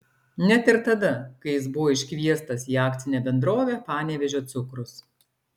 net ir tada kai jis buvo iškviestas į akcinę bendrovę panevėžio cukrus